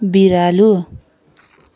बिरालो